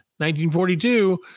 1942